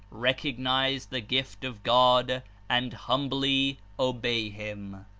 recognize the gift of god and humbly obey him.